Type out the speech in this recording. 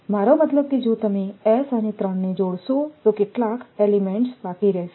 મારો મતલબ કે જો તમે s અને 3ને જોડશો તો કેટલા એલિમેન્ટસ બાકી રહેશે